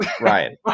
Ryan